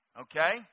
Okay